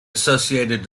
associated